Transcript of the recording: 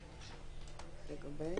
לגבי